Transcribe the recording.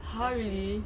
!huh! really